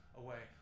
away